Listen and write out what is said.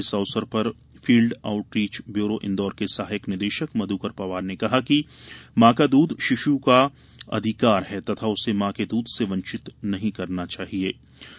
इस अवसर पर फील्ड आऊटरीच ब्यूरो इंदौर के सहायक निदेशक मधुकर पवार ने कहा कि मां का दूध शिश् का अधिकार है तथा उसे मां के दूध से वंचित करना किसी अपराध से कम नहीं है